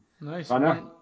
Nice